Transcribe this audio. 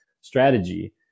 strategy